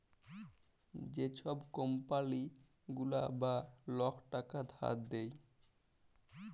যে ছব কম্পালি গুলা বা লক টাকা ধার দেয়